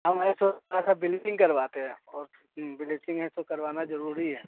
हम ऐसे थोड़ा सा बिलीचिंग करवाते हैं और हम बिलीचिंग ऐसे करवाना ज़रूरी है